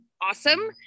awesome